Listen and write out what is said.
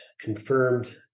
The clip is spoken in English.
confirmed